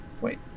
wait